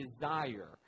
desire